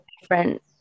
different